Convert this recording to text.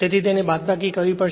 તેથી તેની બાદબાકી કરવી પડશે